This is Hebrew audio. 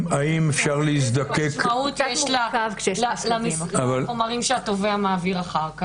איזו משמעות יש לחומרים שהתובע מעביר אחר כך?